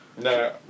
No